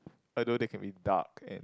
although they can be dark and